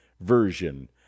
version